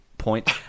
point